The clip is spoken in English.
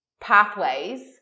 pathways